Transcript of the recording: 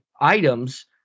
items